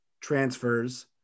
transfers